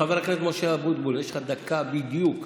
חבר הכנסת משה אבוטבול, יש לך דקה בדיוק.